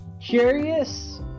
curious